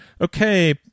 okay